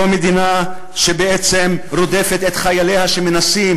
זו מדינה שבעצם רודפת את חייליה שמנסים